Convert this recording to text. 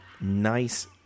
nice